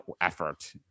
effort